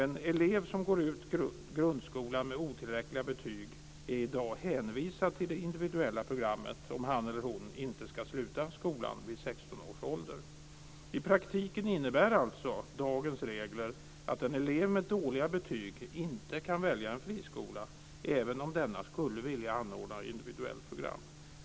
En elev som går ut grundskolan med otillräckliga betyg är i dag hänvisad till det individuella programmet, om han eller hon inte ska sluta skolan vid 16 års ålder. I praktiken innebär alltså dagens regler att en elev med dåliga betyg inte kan välja en friskola, även om denna skulle vilja anordna individuellt program.